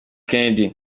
kennedy